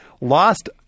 lost